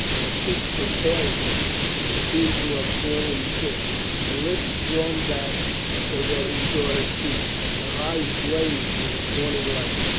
her cheeks were pale again and seemed to have fallen thin her lips drawn back so that he saw her teeth her eyes blazed with a tawny light.